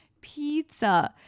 pizza